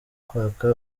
kwaka